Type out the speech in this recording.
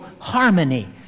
harmony